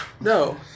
No